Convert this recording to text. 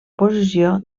posició